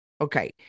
Okay